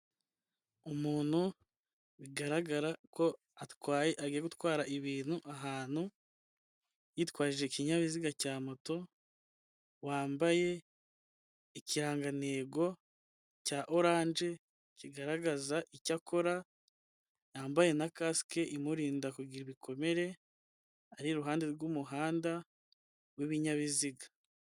Umuntu bigaragara ko atwaye, agiye atwara ibintu ahantu yitwaje ikinyabiziga cya moto, wambaye ikirangantego cya oranje kigaragaza icyo akora, yambaye na kasike imurinda kugira ibikomere, ari iruhande rw'umuhanda w'ibinyabiziga.